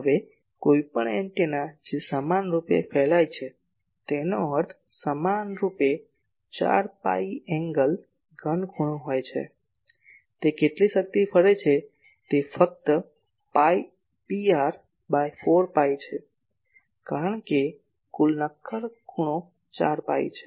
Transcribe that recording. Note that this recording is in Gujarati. હવે કોઈપણ એન્ટેના જે સમાનરૂપે ફેલાય છે તેનો અર્થ સમાનરૂપે 4 પાઇ ખૂણો ઘન ખૂણો હોય છે તે કેટલી શક્તિ ફરે છે તે ફક્ત Pr બાય 4 પાઈ છે કારણ કે કુલ નક્કર ખૂણો 4 પાઇ છે